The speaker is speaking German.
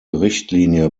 richtlinie